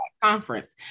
Conference